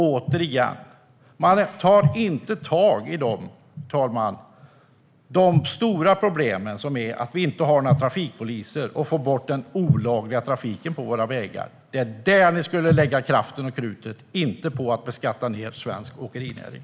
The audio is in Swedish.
Återigen: Man tar inte tag i de stora problemen, nämligen att vi inte har trafikpoliser samt den olagliga trafiken på våra vägar. Det är där man ska lägga kraven och krutet, inte på att beskatta ned svensk åkerinäring.